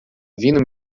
vindo